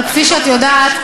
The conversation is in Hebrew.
אבל כפי שאת יודעת,